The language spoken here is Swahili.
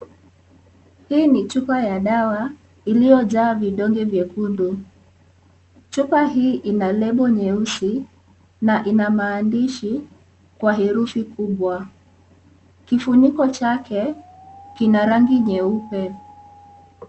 Hii ni chupa ya dawa, iliyojaa vidonge vyekundu. Chupa hii ina lebo nyeusi na ina maandishi kwa herufi kubwa. Kifuniko chake, kina rangi nyeupe.